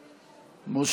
לשבת.